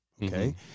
Okay